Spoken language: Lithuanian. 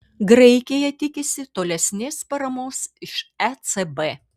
graikija tikisi tolesnės paramos iš ecb